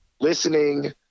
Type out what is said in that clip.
listening